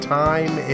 time